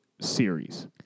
series